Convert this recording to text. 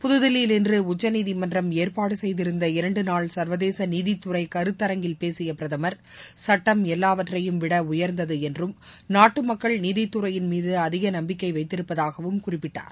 புதுதில்லியில் இன்று உச்சநீதிமன்றம் ஏற்பாடு செய்திருந்த இரண்டுநாள் சர்வதேச நீதித்துறை கருத்தரங்கில் பேசிய பிரதமர் சட்டம் எல்லாவற்றையும் விட உயர்ந்தது என்றும் நாட்டு மக்கள் நீதித்துறையின் மீது அதிக நம்பிக்கை வைத்திருப்பதாகவும் குறிப்பிட்டார்